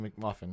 McMuffin